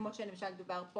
כמו שלמשל דובר פה